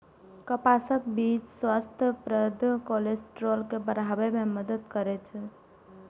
कपासक बीच स्वास्थ्यप्रद कोलेस्ट्रॉल के बढ़ाबै मे मदति करै छै